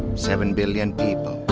seven billion people.